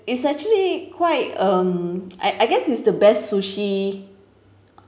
it's actually quite um I I guess it's the best sushi